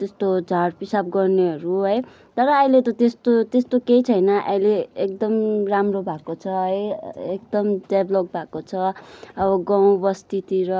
त्यस्तो झाडा पिसाब गर्नेहरू है तर अहिले त त्यस्तो त्यस्तो केही छैन अहिले एकदम राम्रो भएको छ है एकदम डेभलप भएको छ अब गाउँ बस्तीतिर